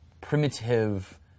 primitive